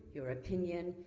your opinion,